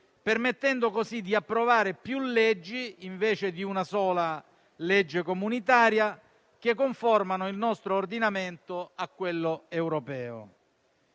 permettendo così di approvare più leggi, invece di una sola legge comunitaria, che conformano il nostro ordinamento a quello europeo.